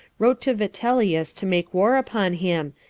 wrote to vitellius to make war upon him,